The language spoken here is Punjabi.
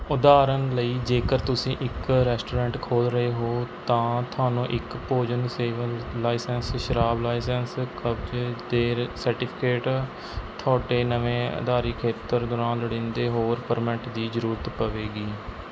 ਉਦਾਹਰਨ ਲਈ ਜੇਕਰ ਤੁਸੀਂ ਇੱਕ ਰੈਸਟੋਰੈਂਟ ਖੋਲ੍ਹ ਰਹੇ ਹੋ ਤਾਂ ਤੁਹਾਨੂੰ ਇੱਕ ਭੋਜਨ ਸੇਵਾ ਲਾਇਸੰਸ ਸ਼ਰਾਬ ਲਾਇਸੰਸ ਕਬਜ਼ੇ ਦੇ ਸਰਟੀਫਿਕੇਟ ਤੁਹਾਡੇ ਨਵੇਂ ਅਧਾਰੀ ਖੇਤਰ ਦੌਰਾਨ ਲੋੜੀਂਦੇ ਹੋਰ ਪਰਮਿਟ ਦੀ ਜ਼ਰੂਰਤ ਪਵੇਗੀ